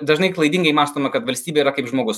dažnai klaidingai mąstoma kad valstybė yra kaip žmogus